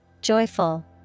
joyful